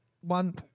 one –